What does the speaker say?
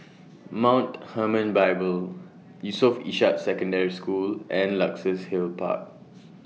Mount Hermon Bible Yusof Ishak Secondary School and Luxus Hill Park